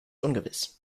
ungewiss